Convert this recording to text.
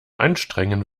anstrengen